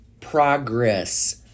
progress